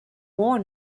more